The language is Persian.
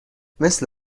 مثل